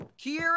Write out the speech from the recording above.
Kira